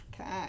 Okay